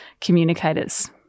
communicators